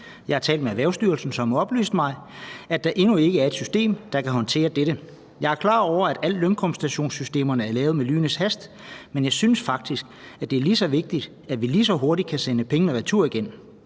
Jeg har talt med Erhvervsstyrelsen, som oplyste mig, at der endnu ikke er et system, der kan håndtere dette. Jeg er klar over, at alle lønkompensationssystemerne er lavet med lynets hast, men jeg synes faktisk, at det er lige så vigtigt, at vi lige så hurtigt kan sende pengene retur igen.